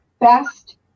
best